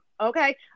okay